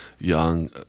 young